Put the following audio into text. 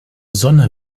sonne